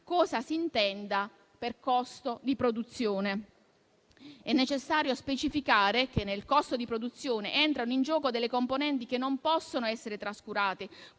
cosa si intende per costo di produzione. È necessario specificare che nel costo di produzione entrano in gioco delle componenti che non possono essere trascurate,